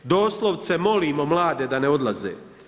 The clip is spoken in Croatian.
Doslovce molimo mlade da ne odlaze.